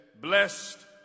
blessed